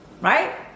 right